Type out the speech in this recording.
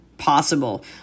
Possible